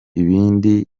ibindi